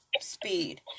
Speed